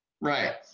Right